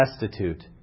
destitute